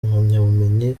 impamyabumenyi